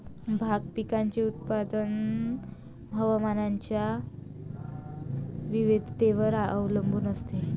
भाग पिकाचे उत्पादन हवामानाच्या विविधतेवर अवलंबून असते